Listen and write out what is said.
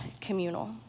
communal